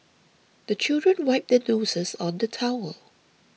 the children wipe their noses on the towel